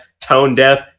tone-deaf